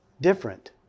different